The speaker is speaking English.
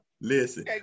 listen